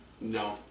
No